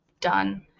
done